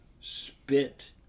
Spit